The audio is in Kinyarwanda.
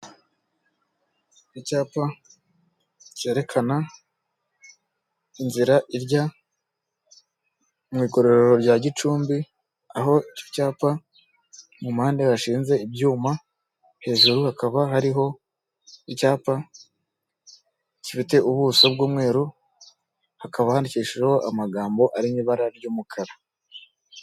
Icyapa cyerekana inzira ijya mu igororero rya Gicumbi, aho icyo cyapa mu mpande hashinze ibyuma, hejuru hakaba hariho icyapa gifite ubuso bw'umweru, hakaba handikishijeho amagambo ari mu ibara ry'umukara.